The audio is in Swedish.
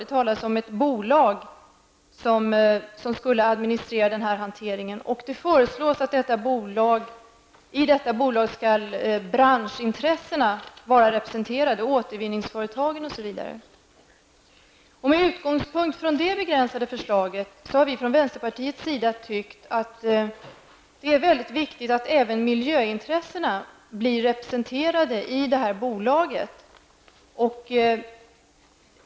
Det talas om ett bolag som skulle administrera den här hanteringen, och det föreslås att i detta bolag skall branschintressen vara representerade, återvinningsföretagen osv. Med utgångspunkt i det begränsade förslaget har vi i vänsterpartiet tyckt att det är väldigt viktigt att även miljöintressena blir representerade i bolaget.